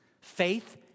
Faith